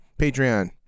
Patreon